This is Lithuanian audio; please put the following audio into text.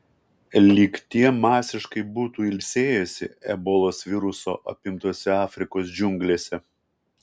lyg tie masiškai būtų ilsėjęsi ebolos viruso apimtose afrikos džiunglėse